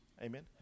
Amen